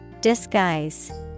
Disguise